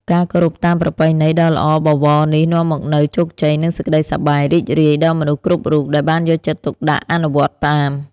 ការគោរពតាមប្រពៃណីដ៏ល្អបវរនេះនាំមកនូវជោគជ័យ និងសេចក្តីសប្បាយរីករាយដល់មនុស្សគ្រប់រូបដែលបានយកចិត្តទុកដាក់អនុវត្តតាម។